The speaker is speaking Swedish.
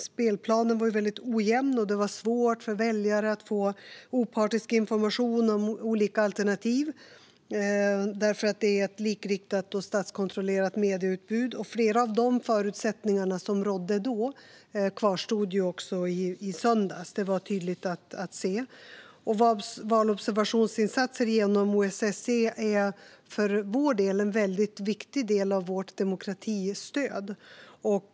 Spelplanen var väldigt ojämn, och det var svårt för väljare att få opartisk information om olika alternativ eftersom det var ett likriktat och statskontrollerat medieutbud. Flera av dessa förutsättningar kvarstod vid valen i söndags, vilket var tydligt att se. Valobservationsinsatser genom OSSE är en viktig del av vårt demokratistöd.